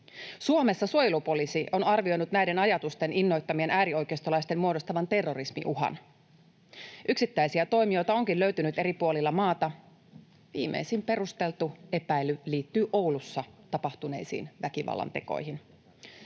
Suomessa suojelupoliisi on arvioinut näiden ajatusten innoittamien äärioikeistolaisten muodostavan terrorismiuhan. Yksittäisiä toimijoita onkin löytynyt eri puolilta maata. Viimeisin perusteltu epäily liittyy Oulussa tapahtuneisiin väkivallantekoihin.